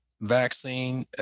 vaccine